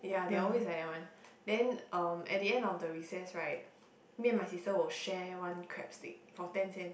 yeah they will always like that [one] then um at the end of the recess right me and my sister will share one crab stick for ten cents